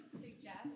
suggest